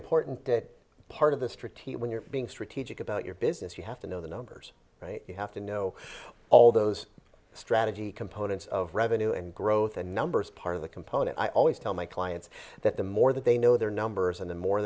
important that part of this treaty when you're being strategic about your business you have to know the numbers you have to know all those strategy components of revenue and growth a number is part of the component i always tell my clients that the more that they know their numbers and the more